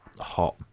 hot